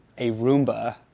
a roomba